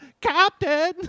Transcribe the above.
Captain